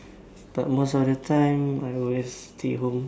but most of the time I always stay home